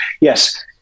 yes